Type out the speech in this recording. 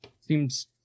seems